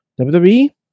WWE